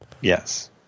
Yes